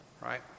right